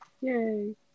Yay